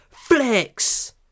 flex